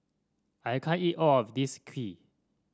I can't eat all of this Kheer